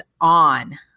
on